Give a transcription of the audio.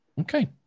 Okay